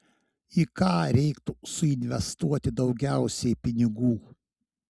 į ką reiktų suinvestuoti daugiausiai pinigų